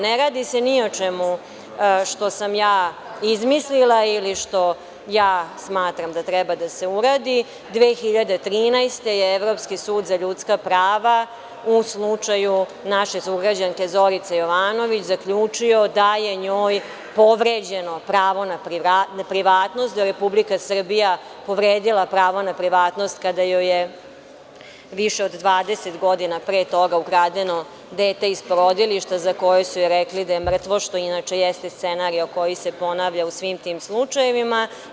Ne radi se ni o čemu što sam izmislila ili što smatram lično da treba da se uradi, 2013. godine je Evropski sud za ljudska prava u slučaju naše sugrađanke Zorice Jovanović zaključio da je njoj povređeno pravo na privatnost, da je Republika Srbija povredila pravo na privatnost kada joj je više od 20 godina pre toga ukradeno dete iz porodilišta za koje su joj rekli da je mrtvo, što inače jeste scenario koji se ponavlja u svim tim slučajevima.